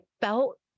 felt